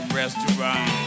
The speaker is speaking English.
restaurant